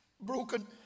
broken